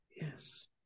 Yes